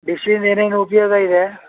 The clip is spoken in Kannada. ಡಿಶ್ಶಿಂದ ಏನೇನು ಉಪಯೋಗ ಇದೆ